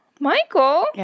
Michael